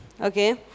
Okay